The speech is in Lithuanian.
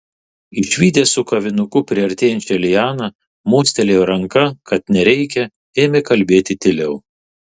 išvydęs su kavinuku priartėjančią lianą mostelėjo ranka kad nereikia ėmė kalbėti tyliau